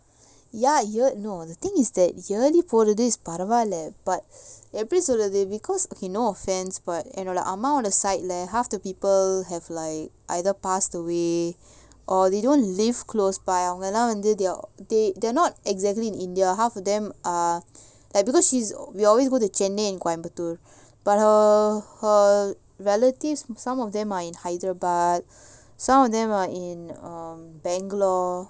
ya you no the thing is that பரவால்ல:paravala but episode எப்படிசொல்றது:epdi solrathu because okay no offence but amount of side there half the people have like either passed away or they don't live close by வந்து:vandhu they are they they are not exactly in India half of them are like because she's we always go to chennai and kwan batu but her her relatives some of them are in hyderabad some of them are in bangalore